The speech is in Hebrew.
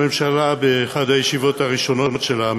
באחת הישיבות הראשונות שלה,